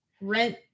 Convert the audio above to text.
rent